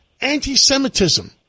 anti-Semitism